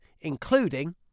including